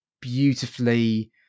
beautifully